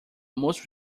most